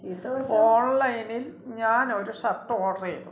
ഓൺലൈനിൽ ഞാനൊരു ഷർട്ട് ഓഡ്രെയ്തു